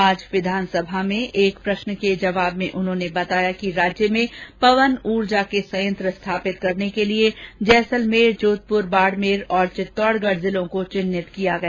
आज विधानसभा में एक प्रश्न के जवाब में उन्होंने बताया कि राज्य में पवन ऊर्जा के संयंत्र स्थापित करने के लिए जैसलमेर जोधपुर बाडमेर और चित्तौडगढ जिलों को चिन्हित किया गया